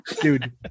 dude